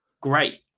great